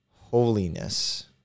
holiness